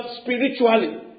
spiritually